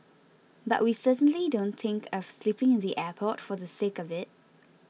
but we certainly don't think of sleeping in the airport for the sake of it